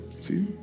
see